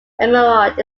emerald